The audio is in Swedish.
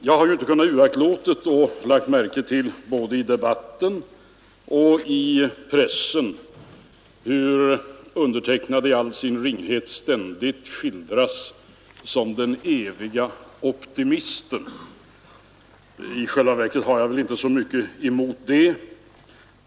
Jag har inte kunnat uraktlåta att både i debatten och i pressen lägga märke till hur undertecknad i all sin ringhet ständigt skildras som den evige optimisten. I själva verket har jag inte så mycket emot det.